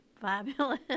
fabulous